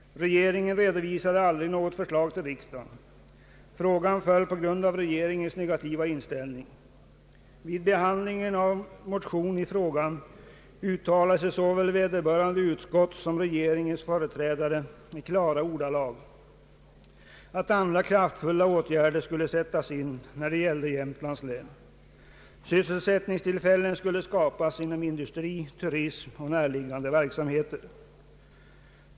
Regeringen redovisade aldrig något förslag till riksdagen. Frågan föll på grund av regeringens negativa inställning. Vid behandlingen av motion i frågan uttalade sig såväl vederbörande utskott som regeringens företrädare i klara ordalag, att andra kraftfulla åtgärder skulle sättas in när det gällde Jämtlands län. Sysselsättningstillfällen skulle skapas inom industri, turism och närliggande verksamheter.